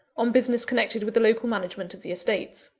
on business connected with the local management of the estates.